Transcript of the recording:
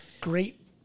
great